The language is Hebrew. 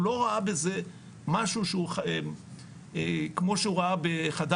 הוא לא ראה בזה משהו שהוא כמו שהוא ראה בחדר